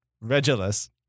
Regulus